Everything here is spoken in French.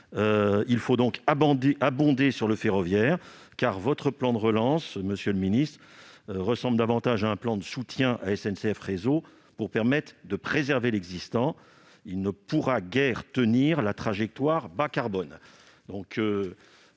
Il faut donc abonder le ferroviaire. Monsieur le ministre, votre plan de relance ressemble davantage à un plan de soutien à SNCF Réseau pour permettre de préserver l'existant. Il ne pourra guère soutenir la trajectoire bas-carbone.